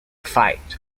fight